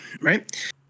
right